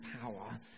power